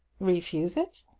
refuse it!